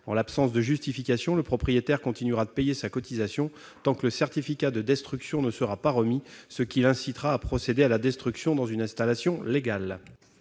En l'absence de justification, le propriétaire continuera de payer sa cotisation tant que le certificat de destruction ne sera pas remis, ce qui l'incitera à faire procéder à la destruction dans une installation légale.